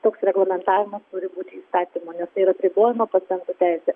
toks reglamentavimas turi būti įstatymu nes tai yra apribojama paciento teisė